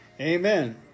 Amen